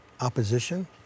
opposition